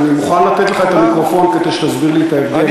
אני מוכן לתת לך את המיקרופון כדי שתסביר לי את ההבדל,